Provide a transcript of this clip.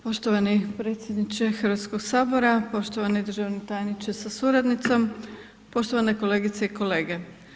Poštovani predsjedniče Hrvatskog sabora, poštovani državni tajniče sa suradnicom, poštovane kolegice i kolege.